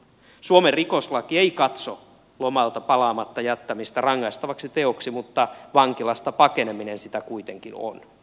suomen rikoslaki ei katso lomalta palaamatta jättämistä rangaistavaksi teoksi mutta vankilasta pakeneminen sitä kuitenkin on